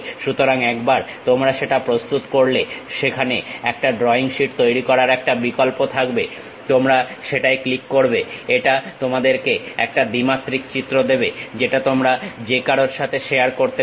সুতরাং একবার তোমরা সেটা প্রস্তুত করলে সেখানে একটা ড্রইং শীট তৈরি করার একটা বিকল্প থাকবে তোমরা সেটায় ক্লিক করবে এটা তোমাদেরকে একটা দ্বিমাত্রিক চিত্র দেবে যেটা তোমরা যে কারোর সাথে শেয়ার করতে পারো